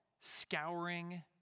scouring